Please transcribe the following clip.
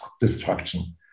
destruction